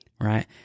Right